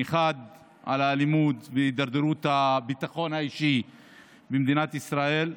אחת על האלימות והידרדרות הביטחון האישי במדינת ישראל,